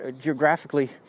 geographically